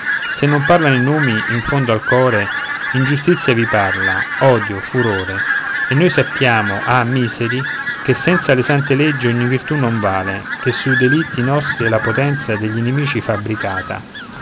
se non parlano i numi in fondo al core ingiustizia vi parla odio furore e noi sappiamo ahi miseri che senza le sante leggi ogni virtù non vale ché sui delitti nostri è la potenza degl'inimici fabbricata